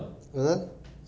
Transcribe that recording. asal